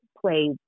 play